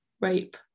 rape